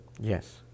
Yes